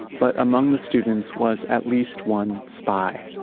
but among the students was at least one spy.